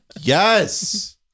Yes